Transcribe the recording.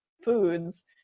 foods